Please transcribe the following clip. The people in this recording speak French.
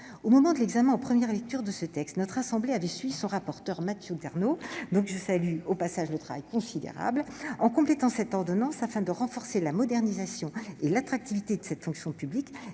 Lors de l'examen en première lecture de ce texte, notre assemblée avait suivi son rapporteur, Mathieu Darnaud, dont je salue au passage le travail considérable, en complétant cette ordonnance de manière à renforcer la modernisation et l'attractivité de cette fonction publique,